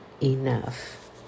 enough